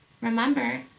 Remember